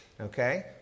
okay